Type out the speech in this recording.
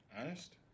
Honest